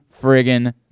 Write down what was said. friggin